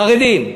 חרדים.